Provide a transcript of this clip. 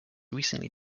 recently